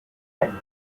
dialect